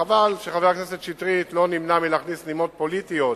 חבל שחבר הכנסת שטרית לא נמנע מלהכניס נימות פוליטיות,